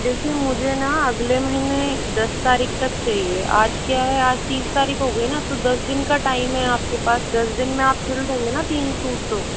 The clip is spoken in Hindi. देखिए मुझे ना अगले महीने दस तारीख तक चहिए आज क्या है आज तीस तारीख हो गई ना तो दस दिन का टाइम है आपके पास दस दिन में आप सिल देंगें ना तीन सूट तो